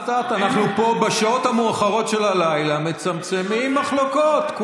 אנחנו פה בשעות המאוחרות של הלילה מצמצמים מחלוקות.